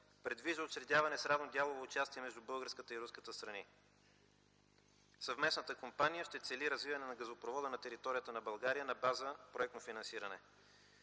предвижда учредяване с равно дялово участие между българската и руската страни. Съвместната компания ще цели развиване на газопровода на територията на България на базата проектно финансиране.